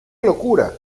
locura